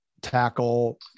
tackle